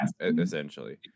essentially